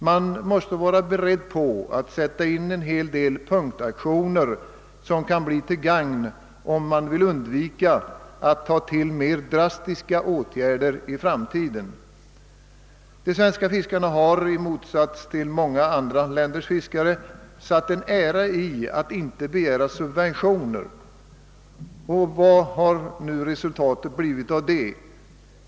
Man måste vara beredd på att sätta in en hel del punktaktioner om man vill undvika att behöva ta till drastiska åtgärder i framtiden. De svenska fiskarna har i motsats tili många andra länders fiskare satt en ära i att inte begära subventioner. Vad har nu resultatet blivit av detta?